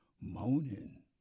Moaning